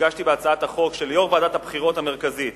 שהגשתי בהצעת החוק, שליו"ר ועדת הבחירות המרכזית